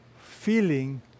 feeling